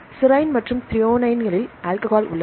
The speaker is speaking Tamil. சிரைன் மற்றும் த்ரோயோனைனில் ஆல்கஹால் உள்ளது